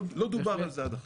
לא דובר על זה עד עכשיו,